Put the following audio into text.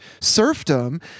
serfdom